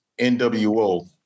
nwo